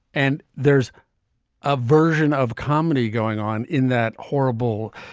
and there's a version of comedy going on in that horrible.